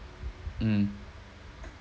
mm